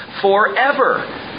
forever